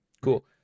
Cool